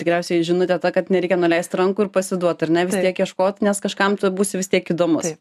tikriausiai žinutė ta kad nereikia nuleist rankų ir pasiduot ar ne vis tiek ieškot nes kažkam tu būsi vis tiek įdomus